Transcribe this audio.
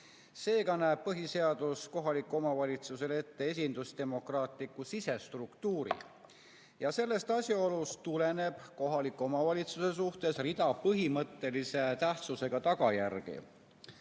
Seega näeb põhiseadus kohalikule omavalitsusele ette esindusdemokraatliku sisestruktuuri. Sellest asjaolust tuleneb kohaliku omavalitsuse suhtes rida põhimõttelise tähtsusega tagajärgi.